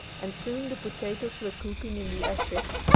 and soon the potatoes were cooking in the ashes,